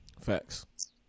Facts